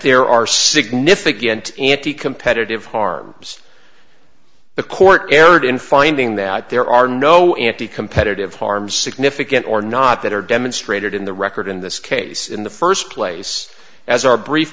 there are significant anti competitive harms the court erred in finding that there are no anti competitive harms significant or not that are demonstrated in the record in this case in the first place as our brief